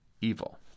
evil